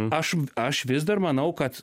aš um aš vis dar manau kad